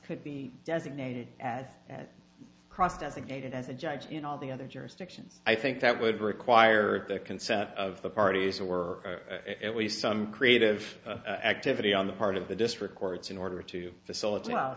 could be designated as cross designated as a judge in all the other jurisdictions i think that would require the consent of the parties or at least some creative activity on the part of the district courts in order to facilit